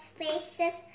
faces